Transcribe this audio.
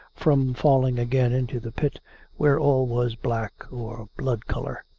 from falling again into the pit where all was black or blood-colour.